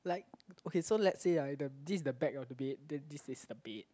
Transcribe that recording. like okay so let's say ah this is the back of the bed then this is the bed